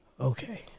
Okay